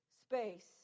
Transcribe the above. space